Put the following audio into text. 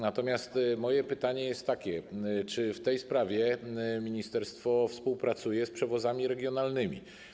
Natomiast moje pytanie jest takie: Czy w tej sprawie ministerstwo współpracuje z Przewozami Regionalnymi?